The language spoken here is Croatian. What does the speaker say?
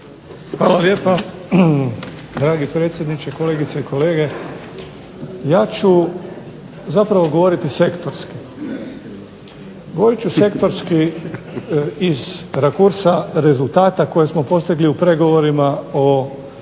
Hvala lijepa. Dragi predsjedniče, kolegice i kolege, ja ću zapravo govoriti sektorski. Govorit ću sektorski iz rakursa rezultata koje smo postigli u pregovorima, o